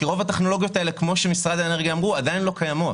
כי רוב הטכנולוגיות האלה עדיין לא קיימות.